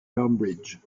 cambridge